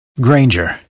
Granger